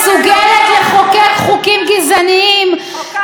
מסוגלת לחוקק חוקים גזעניים, חוקקתם חוק גזעני.